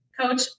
coach